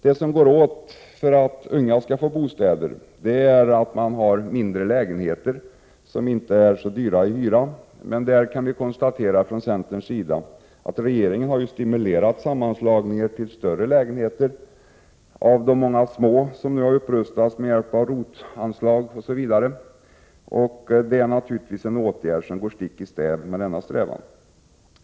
Det som behövs för att de unga skall få bostäder är att det finns mindre lägenheter, som inte har så hög hyra. Men vi kan från centerns sida konstatera att regeringen har stimulerat sammanslagningar till större lägenheter av många små i samband med upprustning med hjälp av ROT-anslag osv. Detta går naturligtvis stick i stäv mot strävan att skaffa bostäder åt ungdomar.